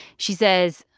she says,